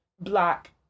black